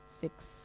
six